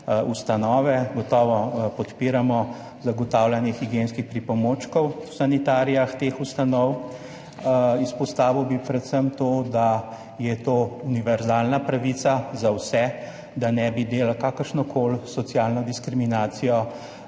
ustanove. Gotovo podpiramo zagotavljanje higienskih pripomočkov v sanitarijah teh ustanov. Izpostavil bi predvsem to, da je to univerzalna pravica za vse, da ne bi delali kakršnekoli socialne diskriminacije